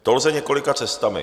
To lze několika cestami.